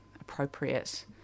appropriate